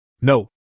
No